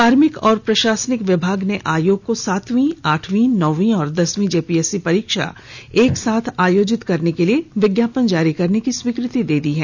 कार्मिक और प्रशासनिक विभाग ने आयोग को सातवीं आठवीं नौवीं और दसवीं जेपीएससी परीक्षा एक साथ आयोजित करने के लिए विज्ञापन जारी करने की स्वीकृति दे दी है